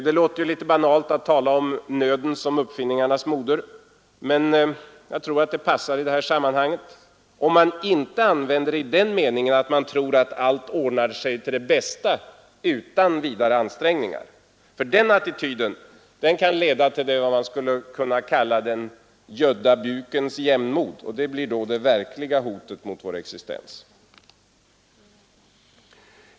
Det låter ju litet banalt att tala om nöden som uppfinningarnas moder, men jag tror att det passar i det här sammanhanget, om man inte använder det i den meningen att man tror att allt ordnar sig till det bästa utan vidare ansträngningar. För den attityden kan leda till vad man skulle kunna kalla den gödda bukens jämnmod, och det blir då det verkliga hotet mot vår existens.